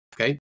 okay